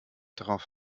darauf